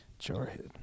Jarhead